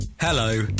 Hello